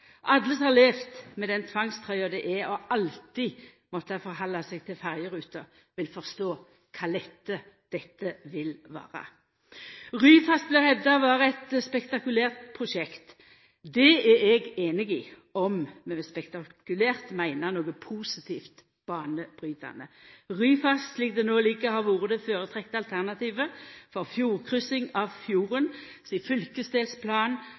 som har levd med den tvangstrøya det er alltid å måtte halda seg til ferjeruta, vil forstå for ein lette dette vil vera. Ryfast blir hevda å vera eit spektakulært prosjekt. Det er eg einig i, om vi med «spektakulært» meiner noko positivt banebrytande. Ryfast, slik det no ligg, har vore det føretrekte alternativet for kryssing av fjorden